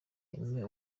aime